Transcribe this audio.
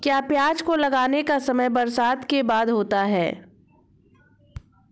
क्या प्याज को लगाने का समय बरसात के बाद होता है?